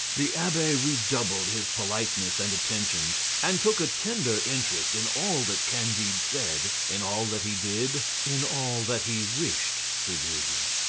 the abbe redoubled his politeness and attentions, and took a tender interest in all that candide said, in all that he did, in all that he wished to do.